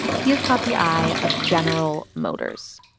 he has caught the eye of general motors.